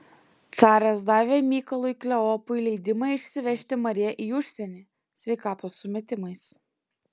caras davė mykolui kleopui leidimą išsivežti mariją į užsienį sveikatos sumetimais